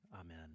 Amen